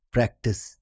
Practice